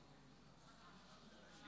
53,